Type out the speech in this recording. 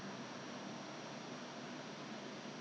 then were asked to stay at home lor for